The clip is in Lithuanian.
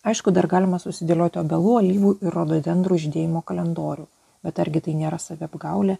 aišku dar galima susidėlioti obelų alyvų ir rododendrų žydėjimo kalendorių bet argi tai nėra saviapgaulė